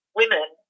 women